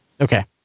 Okay